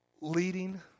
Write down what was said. leading